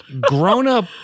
grown-up